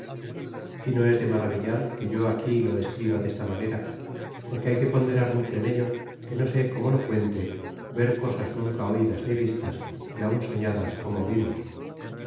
y no es de maravillar que yo aquí lo escriba desta manera porque hay que ponderar mucho en ello que no sé cómo lo cuente ver cosas nunca oidas ni vistas y aun soñadas como vimos